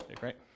right